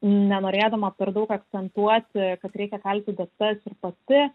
nenorėdama per daug akcentuoti kad reikia kalti datas ir pati